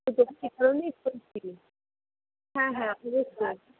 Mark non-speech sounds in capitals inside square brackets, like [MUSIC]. [UNINTELLIGIBLE] সে কারণেই বলছি হ্যাঁ হ্যাঁ [UNINTELLIGIBLE]